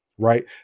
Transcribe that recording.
Right